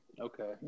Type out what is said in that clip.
okay